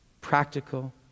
practical